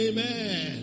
Amen